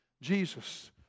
Jesus